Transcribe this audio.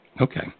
Okay